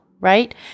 right